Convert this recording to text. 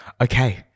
okay